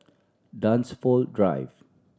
Dunsfold Drive